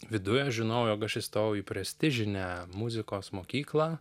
viduj aš žinojau jog aš įstojau į prestižinę muzikos mokyklą